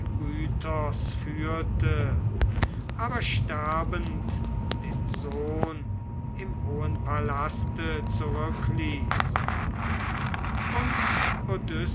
aber sterbend dem sohn im hohen palaste zurückließ und